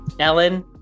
Ellen